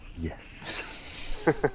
Yes